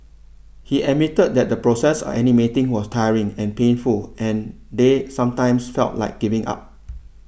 he admitted that the process of animating was tiring and painful and they sometimes felt like giving up